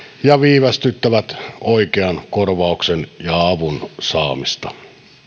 ja viivästyttävät oikean korvauksen ja avun saamista